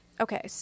Okay